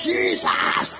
Jesus